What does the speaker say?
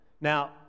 Now